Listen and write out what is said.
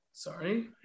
Sorry